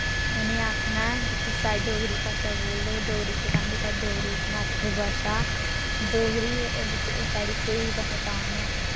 उ'नें आखना के तुस साढ़ी डोगरी भाशा बोल्लो डोगरी सिखांदे साढ़ी डोगरी मात्तर भाशा डोगरी ए साढ़ी स्हेई पैहचान ऐ